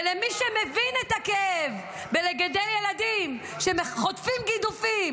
ומי שמבין את הכאב בלגדל ילדים שחוטפים גידופים